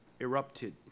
erupted